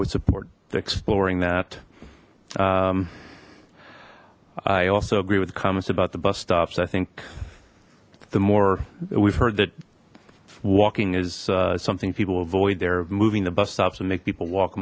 would support exploring that i also agree with the comments about the bus stops i think the more we've heard that walking is something people avoid they're moving the bus stops and make people walk